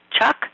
Chuck